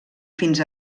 fins